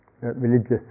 religious